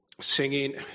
Singing